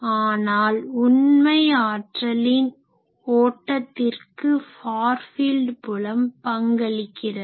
ஆனால் உண்மை ஆற்றலின் ஓட்டத்திற்கு ஃபார் ஃபீல்ட் புலம் பங்களிக்கிறது